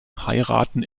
heiraten